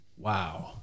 Wow